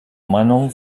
meinung